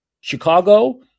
Chicago